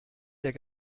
der